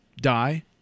die